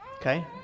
Okay